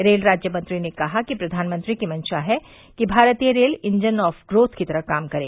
rail राज्यमंत्री ने कहा कि प्र्यानमंत्री की मंशा है कि भारतीय रेल इन्जन ऑफ ग्रोथ की तरह काम करे